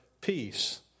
peace